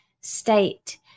state